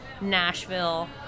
Nashville